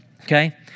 okay